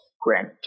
Grant